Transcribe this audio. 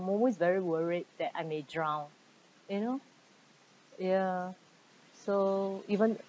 I'm always very worried that I may drown you know ya so even